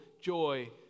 joy